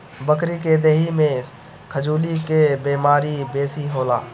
बकरी के देहि में खजुली के बेमारी बेसी होला